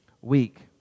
week